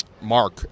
Mark